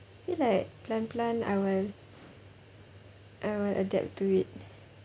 I feel like pelan-pelan I will I will adapt to it